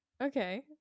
Okay